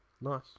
Nice